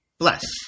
Bless